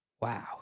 wow